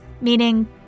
Meaning